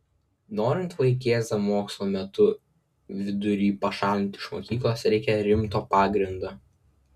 norint vaikėzą mokslo metų vidury pašalinti iš mokyklos reikia rimto pagrindo